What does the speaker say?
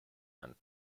and